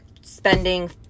spending